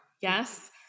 Yes